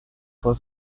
for